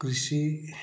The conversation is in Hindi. कृषि